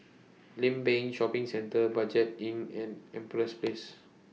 Limbang Shopping Centre Budget Inn and Empress Place